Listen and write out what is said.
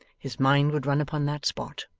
his mind would run upon that spot.